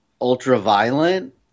ultra-violent